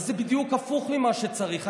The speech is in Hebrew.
וזה בדיוק הפוך ממה שצריך,